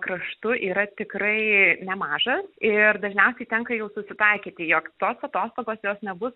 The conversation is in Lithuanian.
kraštu yra tikrai nemažas ir dažniausiai tenka jau susitaikyti jog tos atostogos jos nebus